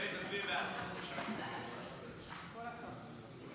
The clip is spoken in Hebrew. הצעת חוק שוויון ההזדמנויות בעבודה (תיקון,